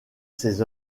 ces